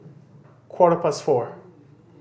quarter past four